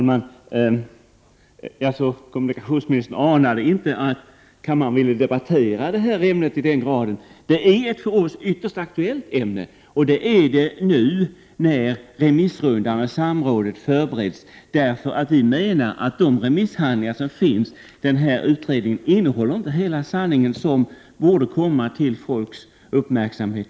Herr talman! Kommunikationsministern anade alltså inte att kammaren ville debattera det här ämnet till denna grad. Det är ett för oss ytterst aktuellt ämne nu när remissrundan och samrådet förbereds, eftersom vi menar att de remisshandlingar som finns inte innehåller hela sanningen, som nu borde komma till folks kännedom och uppmärksamhet.